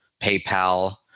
paypal